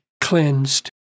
cleansed